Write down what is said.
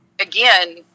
Again